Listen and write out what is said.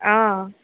অ